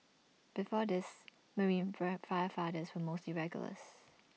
before this marine fire firefighters were mostly regulars